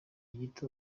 gito